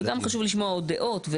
וגם חשוב לשמוע עוד דעות,